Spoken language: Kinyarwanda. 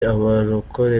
abarokore